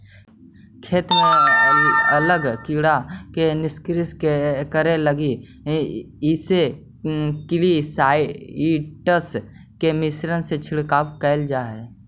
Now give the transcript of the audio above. खेत में लगल कीड़ा के निष्क्रिय करे लगी इंसेक्टिसाइट्स् के मिश्रण के छिड़काव कैल जा हई